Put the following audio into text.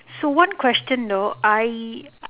so one question though I